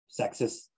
sexist